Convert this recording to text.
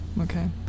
Okay